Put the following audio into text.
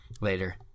later